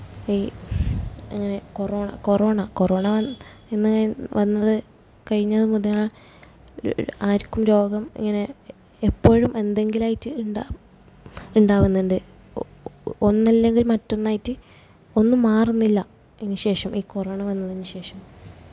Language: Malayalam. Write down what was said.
അങ്ങനെ കൊറോണ കൊറോണ കൊറോണ വന് എന്നു കയി വന്നത് കഴിഞ്ഞത് മുതലാണ് ആർക്കും രോഗം ഇങ്ങനെ എപ്പോഴും എന്തെങ്കിലും ആയിട്ട് ഉണ്ടാകും ഉണ്ടാകുന്നുണ്ട് ഒ ഒന്നല്ലെങ്കില് മറ്റൊന്നായിട്ട് ഒന്നും മാറുന്നില്ല ഇതിനു ശേഷം ഈ കൊറോണ വന്നതിനു ശേഷം